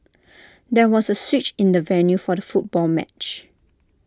there was A switch in the venue for the football match